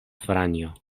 franjo